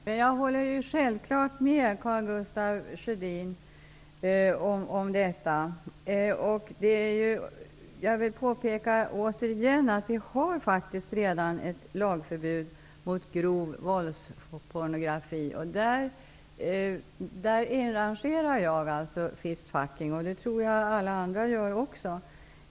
Herr talman! Jag håller självfallet med Karl Gustaf Sjödin om detta. Jag vill återigen påpeka att det redan finns ett lagförbud mot grov våldspornografi. Där inrangerar jag fistfucking. Det tror jag att alla andra också gör.